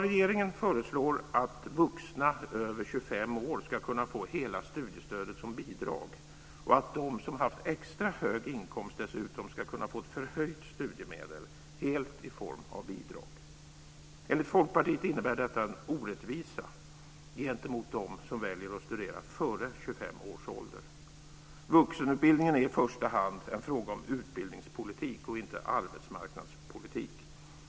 Regeringen föreslår att vuxna över 25 år ska kunna få hela studiestödet som bidrag och att de som haft extra hög inkomst dessutom ska kunna få ett förhöjt studiemedel helt i form av bidrag. Enligt Folkpartiet innebär detta en orättvisa gentemot dem som väljer att studera före 25 års ålder. Vuxenutbildningen är i första hand en fråga om utbildningspolitik och inte arbetsmarknadspolitik.